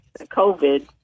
COVID